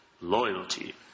loyalty